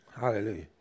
Hallelujah